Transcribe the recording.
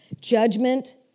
Judgment